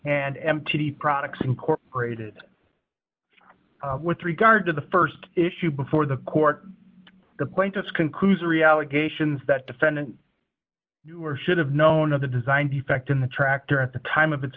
and empty products incorporated with regard to the st issue before the court the quaintest conclusory allegations that defendant should have known of the design defect in the tractor at the time of its